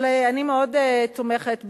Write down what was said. אבל אני מאוד תומכת בעמדה,